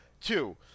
Two